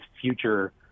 future